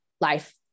life